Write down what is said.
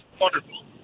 Wonderful